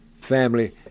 Family